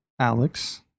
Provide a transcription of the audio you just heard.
Alex